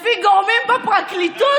לפי גורמים בפרקליטות,